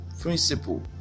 principle